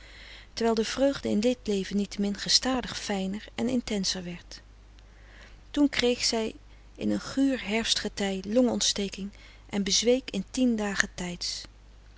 terwijl de vreugde in dit leven niettemin gestadig fijner en intenser werd toen kreeg zij in een guur herfst getij longontsteking en bezweek in tien dagen tijds